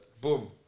boom